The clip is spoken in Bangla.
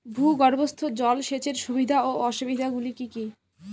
ভূগর্ভস্থ জল সেচের সুবিধা ও অসুবিধা গুলি কি কি?